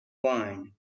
wine